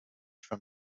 from